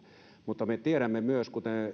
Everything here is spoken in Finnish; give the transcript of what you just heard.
mutta me tiedämme myös kuten